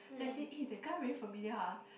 then I see eh the guy very familiar [huh]